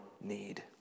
need